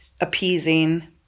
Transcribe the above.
appeasing